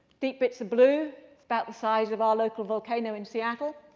deep bits of blue about the size of our local volcano in seattle.